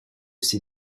ces